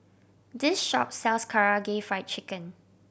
this shop sells Karaage Fried Chicken